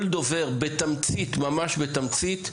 תודה לחברי הכנסת.